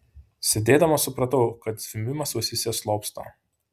sėdėdama supratau kad zvimbimas ausyse slopsta